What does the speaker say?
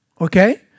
Okay